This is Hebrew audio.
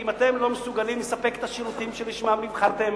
אם אתם לא מסוגלים לספק את השירותים שלשמם נבחרתם,